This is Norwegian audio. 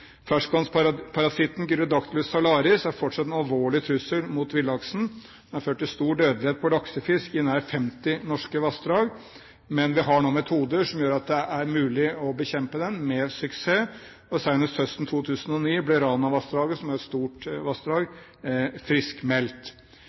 salaris er fortsatt en alvorlig trussel mot villaksen. Den har ført til stor dødelighet på laksefisk i nær 50 norske vassdrag, men vi har nå metoder som gjør at det er mulig å bekjempe den med suksess. Senest høsten 2009 ble Ranavassdraget, som er et stort vassdrag,